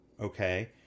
Okay